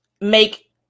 make